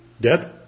Death